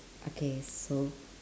okay so